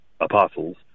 apostles